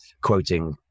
quoting